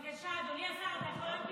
בבקשה, אדוני השר, אתה יכול להקשיב שנייה?